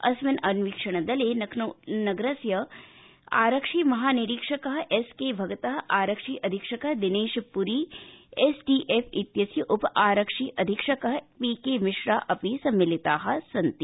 अस्मिन् अन्वीक्षणदले लखनऊनगरस्य आरक्षिमहानिरीक्षकः एस के भगतः आरक्षिअधिक्षकः दिनेशप्री एसटीएफ इत्यस्य उपआरक्षि अधीक्षकः पी के मिश्रा सम्मिलिताः सन्ति